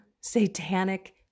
satanic